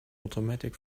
automatic